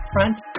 Front